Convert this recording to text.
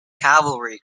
calvary